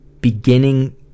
beginning